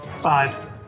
Five